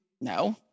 No